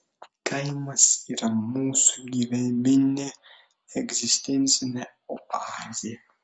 kaimas yra mūsų gyvybinė egzistencinė oazė